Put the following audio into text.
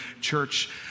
church